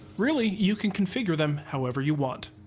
really, you can configure them however you want.